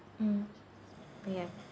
mm ya